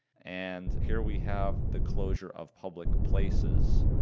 and here we have the closure of public places.